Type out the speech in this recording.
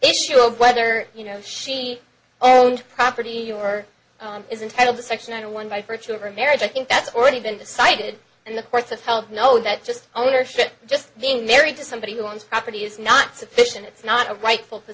issue of whether you know she owned property or is entitled to section or one by virtue of her marriage i think that's already been decided and the courts have held no that just ownership just being married to somebody who owns property is not sufficient it's not a rightful